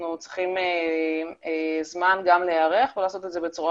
אנחנו צריכים זמן להיערך ולעשות את זה בצורה